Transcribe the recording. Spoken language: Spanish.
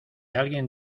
alguien